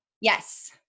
Yes